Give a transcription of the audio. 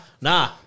Nah